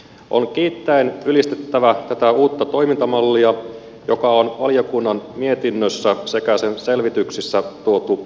on kiittäen ylistettävä tätä uutta toimintamallia joka on valiokunnan mietinnössä sekä sen selvityksissä tuotu julki